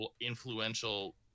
influential